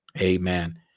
Amen